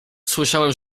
słyszałem